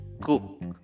cook